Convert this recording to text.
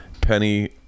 Penny